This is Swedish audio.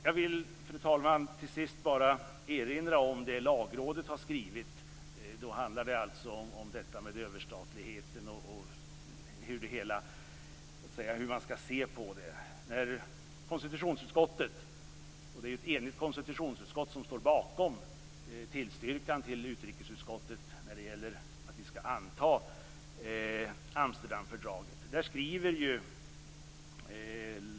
Jag vill, fru talman, till sist bara erinra om det Lagrådet har skrivit. Det handlar om detta med överstatlighet och hur man skall se på det. Det är ett enigt konstitutionsutskott som står bakom tillstyrkan till utrikesutskottet när det gäller att vi skall anta Amsterdamfördraget.